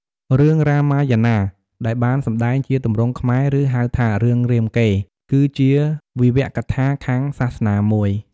រឿង រ៉ាម៉ាយ៉ាណា ដែលបានសម្ដែងជាទម្រង់ខ្មែរ ឬ ហៅថារឿងរាមកេរ្តិ៍គឺជាវីវកថាខាងសាសនាមួយ។